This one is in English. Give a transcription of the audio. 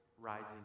rising